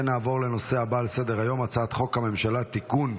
נעבור לנושא הבא על סדר-היום: הצעת חוק הממשלה (תיקון,